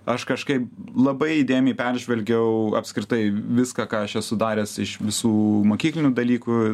aš kažkaip labai įdėmiai peržvelgiau apskritai viską ką aš esu daręs iš visų mokyklinių dalykų